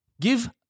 Give